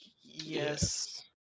Yes